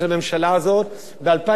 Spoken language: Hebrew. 2010 2011 היו שנות